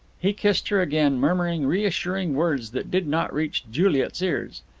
he kissed her again, murmuring reassuring words that did not reach juliet's ears.